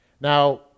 Now